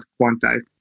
quantized